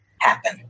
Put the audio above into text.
happen